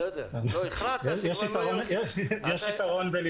כבר הכרעת שלא תהיה